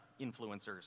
influencers